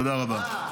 תודה רבה.